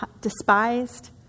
despised